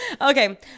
okay